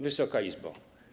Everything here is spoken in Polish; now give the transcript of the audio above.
Wysoka Izbo!